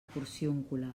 porciúncula